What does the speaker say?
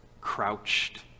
crouched